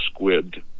squibbed